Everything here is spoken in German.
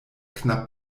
knapp